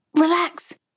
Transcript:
Relax